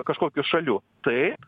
kažkokių šalių taip